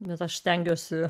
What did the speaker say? bet aš stengiuosi